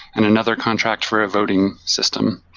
and another contract for a voting system.